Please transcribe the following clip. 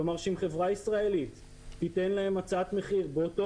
כלומר אם חברה ישראלית תיתן להם הצעת מחיר באותו